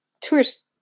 tourist